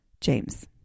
James